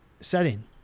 setting